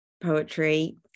poetry